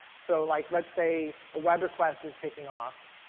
so like let's say a web request is kicking off,